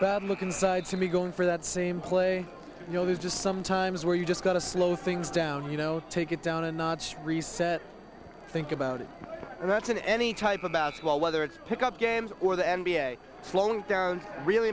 belmont look inside to me going for that same play you know there's just some times where you just got to slow things down you know take it down a notch reset think about it and that's in any type about whether it's pickup games or the n b a slowing down really